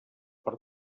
per